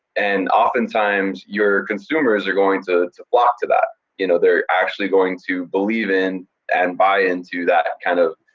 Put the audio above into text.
and oftentimes your consumers are going to to flock to that. y'know, they're actually going to believe in and buy into that kind of,